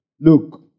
Look